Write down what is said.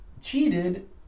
cheated